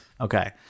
Okay